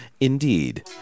Indeed